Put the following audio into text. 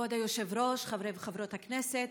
כבוד היושב-ראש, חברי וחברות הכנסת,